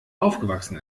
aufgewachsen